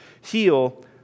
heal